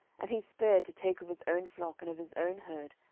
and he spared to take of his own flock and of his own herd,